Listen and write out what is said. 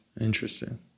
Interesting